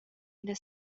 ina